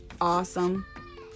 Awesome